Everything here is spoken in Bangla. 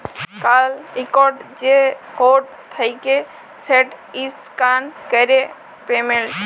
কাল ইকট যে কড থ্যাকে সেট ইসক্যান ক্যরে পেমেল্ট